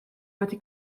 wedi